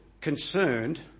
concerned